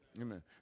Amen